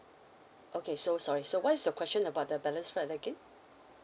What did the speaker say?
okay so sorry so what's your question about the balance flat again